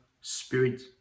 spirit